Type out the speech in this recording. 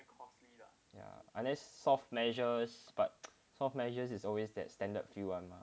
ya unless soft measures but soft measures is always that standard few [one] lah